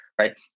Right